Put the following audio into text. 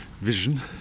vision